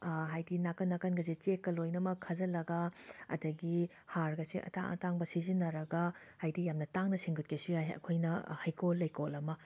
ꯍꯥꯏꯗꯤ ꯅꯥꯀꯟ ꯅꯥꯀꯟꯒꯁꯦ ꯆꯦꯛꯀ ꯂꯣꯏꯅꯃꯛ ꯈꯥꯖꯜꯂꯒ ꯑꯗꯒꯤ ꯍꯥꯔꯒꯁꯦ ꯑꯇꯥꯡ ꯑꯇꯥꯡꯕ ꯁꯤꯖꯤꯟꯅꯔꯒ ꯍꯥꯏꯗꯤ ꯌꯥꯝꯅ ꯇꯥꯡꯅ ꯁꯦꯝꯒꯠꯀꯦꯁꯨ ꯌꯥꯏ ꯑꯩꯈꯣꯏꯅ ꯍꯩꯀꯣꯜ ꯂꯩꯀꯣꯜ ꯑꯃ